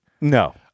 No